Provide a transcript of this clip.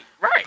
right